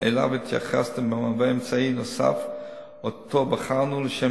שאליו התייחסתם מהווה אמצעי נוסף שבחרנו לשם